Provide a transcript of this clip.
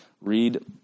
read